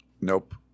nope